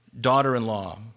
daughter-in-law